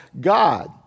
God